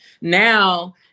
Now